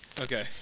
Okay